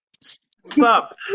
Stop